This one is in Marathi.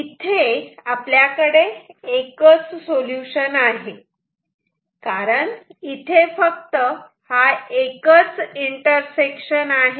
इथे आपल्याकडे एकच सोल्युशन आहे कारण इथे फक्त हा एकच इंटरसेक्शन आहे